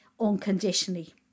unconditionally